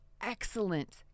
excellent